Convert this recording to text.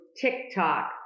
TikTok